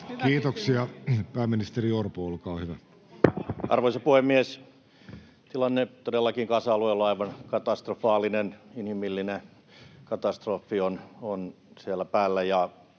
Kiitoksia. — Pääministeri Orpo, olkaa hyvä. Arvoisa puhemies! Tilanne todellakin Gazan alueella on aivan katastrofaalinen. Inhimillinen katastrofi on siellä päällä,